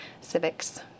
civics